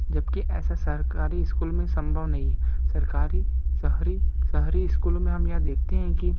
जबकि ऐसा सरकारी स्कूल मे संभव नहीं है सरकारी शहरी शहरी स्कूलों मे हम यह देखते हैं कि